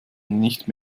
nicht